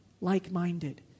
like-minded